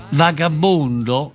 vagabondo